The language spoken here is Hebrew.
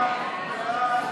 סעיפים 1